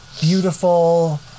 beautiful